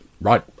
right